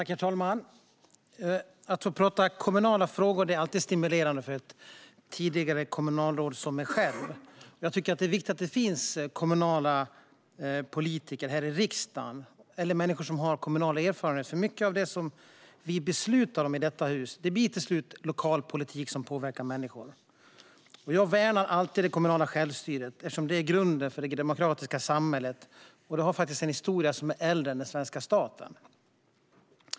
Herr talman! Att få prata kommunala frågor är alltid stimulerande för ett tidigare kommunalråd som jag själv. Jag tycker det är viktigt att det finns kommunpolitiker eller människor som har en kommunal erfarenhet i denna riksdag. Mycket av det som beslutas i detta hus blir till slut lokalpolitik som påverkar människor. Jag värnar alltid det kommunala självstyret eftersom det är grunden för det svenska demokratiska samhället och det har en historia som är äldre än den svenska staten.